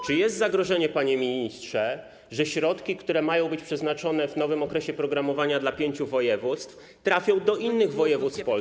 Czy jest zagrożenie, panie ministrze, że środki, które mają być przeznaczone w nowym okresie programowania dla pięciu województw, trafią do innych województw w Polsce.